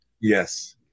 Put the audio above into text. Yes